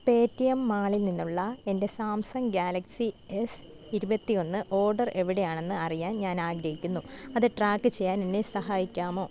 Paytm മാളിൽ നിന്നുള്ള എൻ്റെ സാംസങ് ഗാലക്സി എസ് ഇരുപത്തി ഒന്ന് ഓർഡർ എവിടെയാണെന്ന് അറിയാൻ ഞാൻ ആഗ്രഹിക്കുന്നു അത് ട്രാക്ക് ചെയ്യാൻ എന്നെ സഹായിക്കാമോ